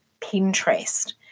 pinterest